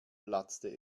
platzte